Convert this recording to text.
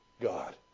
God